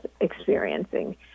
experiencing